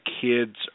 kids